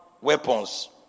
weapons